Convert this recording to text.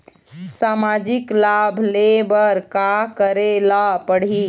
सामाजिक लाभ ले बर का करे ला पड़ही?